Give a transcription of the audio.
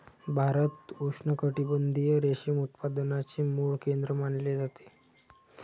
भारत उष्णकटिबंधीय रेशीम उत्पादनाचे मूळ केंद्र मानले जाते